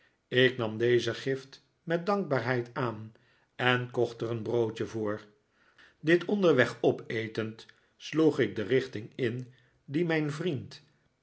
ik nam deze gift met dankbaarheid aan en kocht er een broodje voor dit onderweg opetend sloeg ik de richting in die mijn vriend